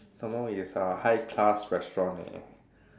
some more is uh high class restaurant leh